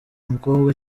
mukobwa